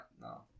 No